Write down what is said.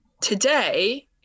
today